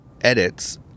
edits